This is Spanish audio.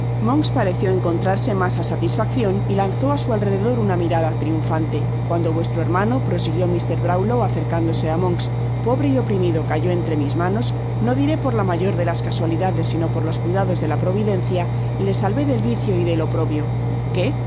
monks pareció encontrarse mas á satisfaccion y lanzó á su alrededor una mirada triunfante cuando vuestro hermano prosiguió mr brownlow acercándose á monks pobre y oprimido cayó entre mis manos no diré por la mayor de las casualidades sino por los cuidados de la providencia y le salvó del vicio y del oprobio qué